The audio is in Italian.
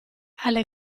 alle